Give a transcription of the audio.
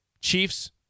Chiefs